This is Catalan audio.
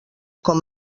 com